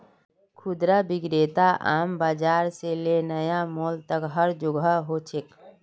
खुदरा बिक्री आम बाजार से ले नया मॉल तक हर जोगह हो छेक